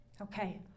Okay